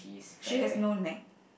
she has no neck